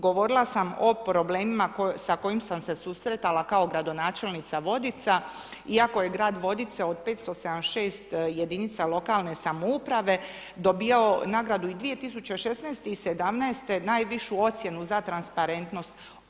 Govorila sam o problemima sa kojim sam se susretala kao gradonačelnica Vodica iako je grad Vodica od 576 jedinica lokalne samouprave dobio nagradu i 2016. i 2017. najvišu ocjenu za transparentnost.